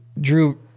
drew